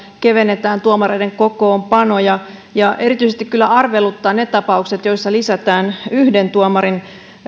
kevennetään tuomareiden kokoonpanoja ja erityisesti kyllä arveluttavat ne tapaukset joissa lisätään yhden tuomarin